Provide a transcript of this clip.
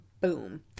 boom